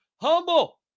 humble